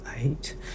eight